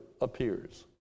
appears